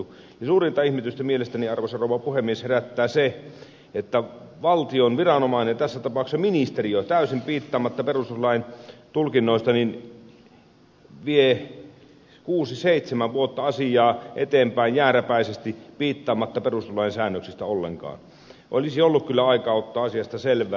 suurinta ihmetystä mielestäni arvoisa rouva puhemies herättää se että valtion viranomainen tässä tapauksessa ministeriö täysin piittaamatta perustuslain tulkinnoista vie kuusi seitsemän vuotta asiaa eteenpäin jääräpäisesti piittaamatta perustuslain säännöksistä ollenkaan olisi ollut kyllä aikaa ottaa asiasta selvää